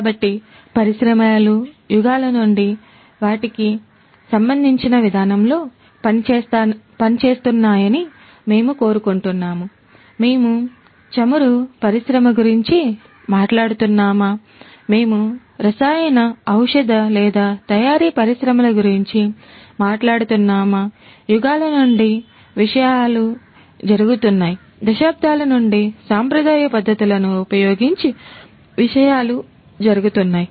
కాబట్టి పరిశ్రమలు యుగాల నుండి వాటికి సంబంధించిన విధానంలో పనిచేస్తున్నాయని మేము కోరుకుంటున్నాము మేము చమురు పరిశ్రమ గురించి మాట్లాడుతున్నామా మేము రసాయన ఔషధ లేదా తయారీ పరిశ్రమల గురించి మాట్లాడుతున్నామా యుగాల నుండి విషయాలు జరుగుతున్నాయి దశాబ్దాల నుండి సాంప్రదాయ పద్ధతులను ఉపయోగించి విషయాలు జరుగుతున్నాయి